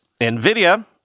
NVIDIA